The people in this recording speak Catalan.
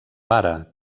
pare